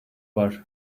var